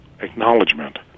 acknowledgement